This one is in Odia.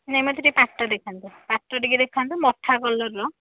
ନାଇଁ ମୋତେ ଟିକିଏ ପାଟ ଦେଖାନ୍ତୁ ପାଟ ଟିକିଏ ଦେଖାନ୍ତୁ ମଠା କଲର୍ର